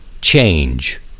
change